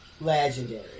Legendary